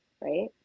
right